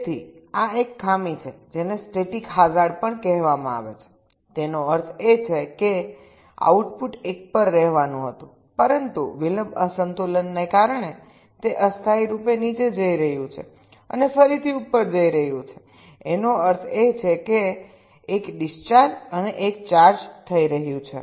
તેથી આ એક ખામી છે જેને સ્ટેટિક હાજાર્ડ પણ કહેવામાં આવે છેતેનો અર્થ એ છે કે આઉટપુટ 1 પર રહેવાનું હતું પરંતુ વિલંબ અસંતુલનને કારણે તે અસ્થાયી રૂપે નીચે જઈ રહ્યું છે અને ફરીથી ઉપર જઈ રહ્યું છે જેનો અર્થ છે એક ડિસ્ચાર્જ અને એક ચાર્જ થઈ રહ્યું છે